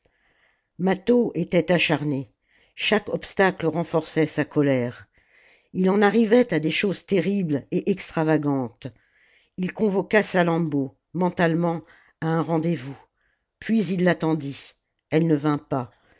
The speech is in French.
mâtho était acharné chaque obstacle renforçait sa colère il en arrivait à des choses terribles et extravagantes ii convoqua salammbô mentalement à un rendez-vous puis il l'attendit elle ne vint pas